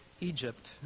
Egypt